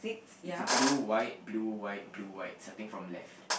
is it blue white blue white blue white starting from left